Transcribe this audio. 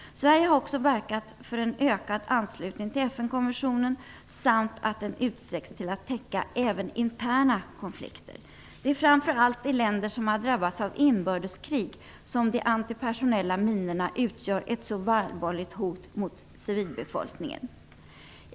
Sverige har också verkat för en ökad anslutning till FN-konventionen samt för att den utsträcks till att täcka även interna konflikter. Det är framför allt i länder som har drabbats av inbördeskrig som de antipersonella minorna utgör ett så allvarligt hot mot civilbefolkningen.